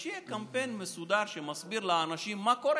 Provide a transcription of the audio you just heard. שיהיה קמפיין מסודר שמסביר לאנשים מה קורה: